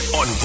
on